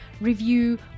review